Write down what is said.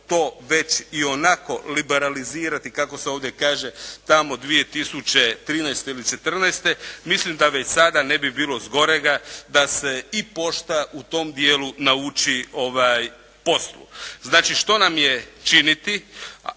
to već ionako liberalizirati kako se ovdje kaže tamo 2013. ili četrnaeste mislim da već sada ne bi bilo zgorega da se i pošta u tom dijelu nauči poslu. Znači, što nam je činiti?